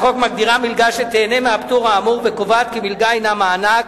מלגה הינה מענק,